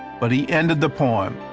but he ended the poem,